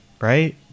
right